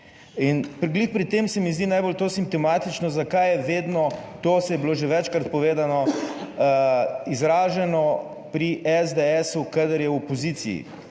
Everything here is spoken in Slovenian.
In glih pri tem se mi zdi najbolj to simptomatično, zakaj je vedno to, saj je bilo že večkrat povedano, izraženo pri SDS, kadar je v opoziciji.